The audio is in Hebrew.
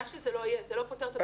מה שזה לא יהיה, זה לא פותר את הבעיה.